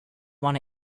want